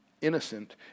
Innocent